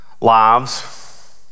lives